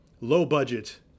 low-budget